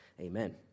Amen